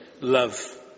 love